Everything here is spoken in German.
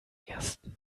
ersten